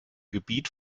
gebiet